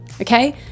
Okay